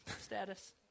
status